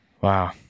Wow